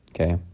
okay